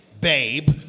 babe